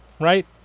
right